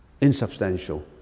insubstantial